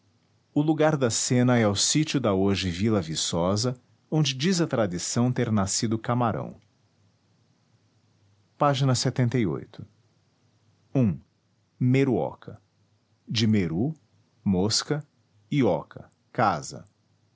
o lugar da cena é o sítio da hoje vila viçosa onde diz a tradição ter nascido amarão ág eruoca e meru mosca e oca casa